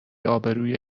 آبروئیه